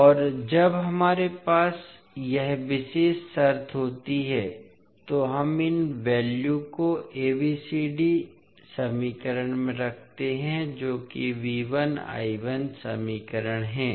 और जब हमारे पास यह विशेष शर्त होती है तो हम इन वैल्यू को ABCD समीकरण में रखते हैं जो कि समीकरण हैं